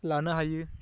लानो हायो